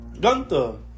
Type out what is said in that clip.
Gunther